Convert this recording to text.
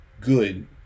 good